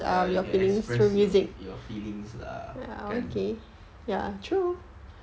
ya you can express your your feelings lah kan